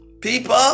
People